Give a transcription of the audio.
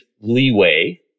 leeway